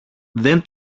δεν